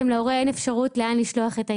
להורה אין אפשרות לאן לשלוח את הילד,